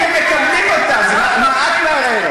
אם הם מקבלים אותה, אז על מה את מערערת?